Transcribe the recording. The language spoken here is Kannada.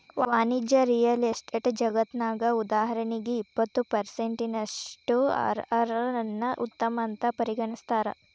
ವಾಣಿಜ್ಯ ರಿಯಲ್ ಎಸ್ಟೇಟ್ ಜಗತ್ನ್ಯಗ, ಉದಾಹರಣಿಗೆ, ಇಪ್ಪತ್ತು ಪರ್ಸೆನ್ಟಿನಷ್ಟು ಅರ್.ಅರ್ ನ್ನ ಉತ್ತಮ ಅಂತ್ ಪರಿಗಣಿಸ್ತಾರ